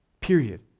Period